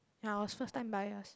ya I was first time buyers